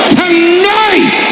tonight